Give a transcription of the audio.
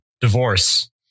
divorce